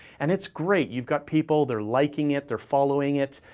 and it's great, you've got people, they're liking it, they're following it,